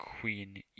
queen